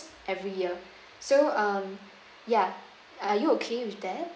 every year so um ya are you okay with that